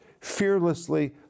fearlessly